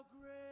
great